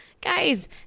guys